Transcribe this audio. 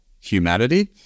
humanity